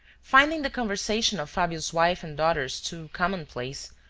finding the conversation of fabio's wife and daughters too commonplace,